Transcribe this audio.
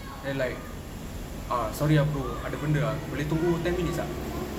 then like ah sorry ah bro ada benda boleh tunggu ten minutes tak